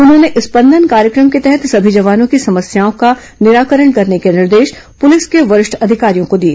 उन्होंने स्पंदन कार्यक्रम के तहत सभी जवानों की समस्याओं का निराकरण करने के निर्देश पुलिस के वरिष्ठ अधिकारियों को दिए